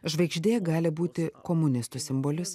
žvaigždė gali būti komunistų simbolis